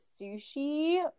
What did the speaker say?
sushi